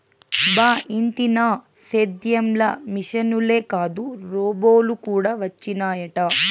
బా ఇంటినా సేద్యం ల మిశనులే కాదు రోబోలు కూడా వచ్చినయట